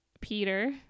Peter